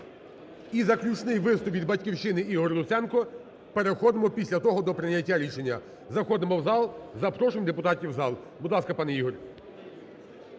І заключний виступ від "Батьківщини", Ігор Луценко. Переходимо після того до прийняття рішення. Заходимо в зал, запрошуємо депутатів в зал. Будь ласка, пане Ігор.